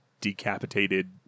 decapitated